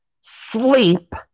sleep